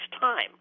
time